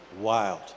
wild